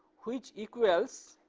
which equals